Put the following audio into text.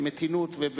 במתינות.